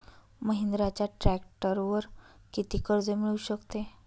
महिंद्राच्या ट्रॅक्टरवर किती कर्ज मिळू शकते?